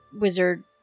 wizard